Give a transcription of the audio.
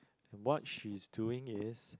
what she's doing is